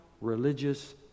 religious